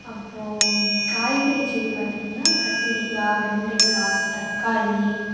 அப்புறோம் காய்கறி செடி பார்த்திங்கனா கத்திரிக்காய் வெண்டைக்காய் தக்காளி